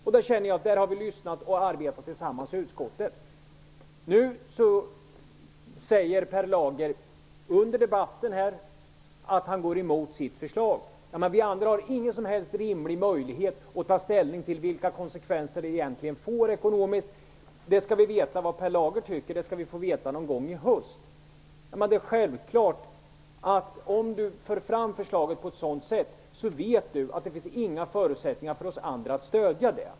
Vi har lyssnat och arbetat tillsammans i utskottet. Nu säger Per Lager här i debatten att han går emot sitt förslag. Vi andra har ingen som helst möjlighet att ta ställning till vilka de ekonomiska konsekvenserna egentligen blir. Vad Per Lager tycker skall vi få veta någon gång i höst. Om Per Lager för fram ett förslag på detta sätt, vet han att det inte finns några förutsättningar för oss andra att stödja det.